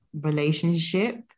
relationship